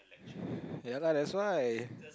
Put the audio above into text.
ya lah that's why